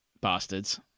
Bastards